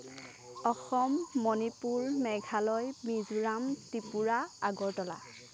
Assam Manipur Meghalaya Mizoram Tripura Agartala